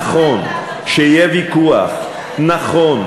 נכון שיהיה ויכוח, לקחת את האדמות שלהם.